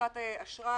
חלוקת אשראי.